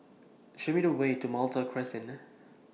Show Me The Way to Malta Crescent